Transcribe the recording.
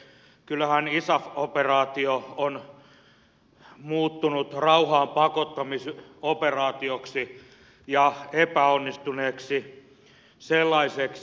kyllähän isaf operaatio on muuttunut rauhaan pakottamisoperaatioksi ja epäonnistuneeksi sellaiseksi